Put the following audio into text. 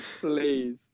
Please